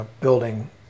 building